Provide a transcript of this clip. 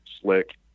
slick